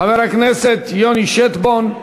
חבר הכנסת יוני שטבון,